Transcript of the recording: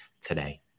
today